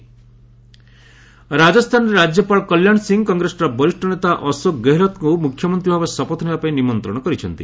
Raj swearing in ରାଜସ୍ଥାନରେ ରାଜ୍ୟପାଳ କଲ୍ୟାଣ ସିଂ କଗ୍ରେସର ବରିଷ୍ଣ ନେତା ଅଶୋକ ଗେହଲତ୍ଙ୍କୁ ମୁଖ୍ୟମନ୍ତ୍ରୀ ଭାବେ ଶପଥ ନେବା ପାଇଁ ନିମନ୍ତ୍ରଣ କରିଛନ୍ତି